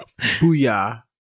Booyah